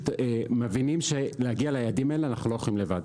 מבינים שאנחנו לא יכולים להגיע ליעדים האלה לבד.